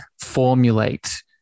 formulate